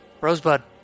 Rosebud